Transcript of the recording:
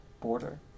border